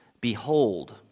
behold